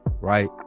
Right